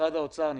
משרד האוצר,